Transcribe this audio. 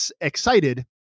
excited